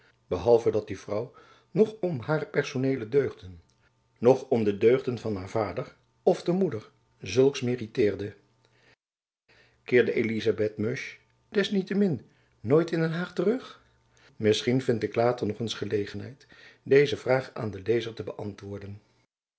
behalve dat die vrouw nogh om haere personele deughden nogh om de deughden van haer vader ofte moeder sulcks meriteerde keerde elizabeth musch des niet temin ooit in den haag terug misschien vind ik later nog eens gelegenheid deze vraag aan den lezer te beantwoorden